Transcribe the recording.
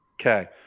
Okay